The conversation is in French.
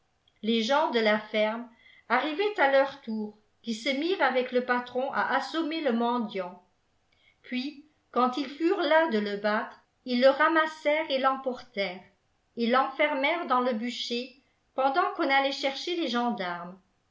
les gens de la ferme arrivaient à leur tour qui se mirent avec le patron à assommer le mendiant puis quand ils furent las de le battre ils le ramassèrent et l'emportèrent et l'enfermèrent dans le bûcher pendant qu'on allait chercher les gendarmes